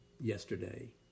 Yesterday